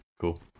Cool